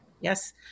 yes